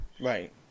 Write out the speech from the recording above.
right